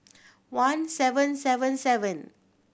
one seven seven seven